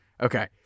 Okay